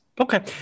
Okay